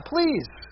Please